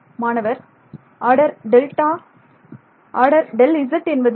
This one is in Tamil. மாணவர் ஆர்டர் டெல்டா ஆடர் Δz என்பது சரி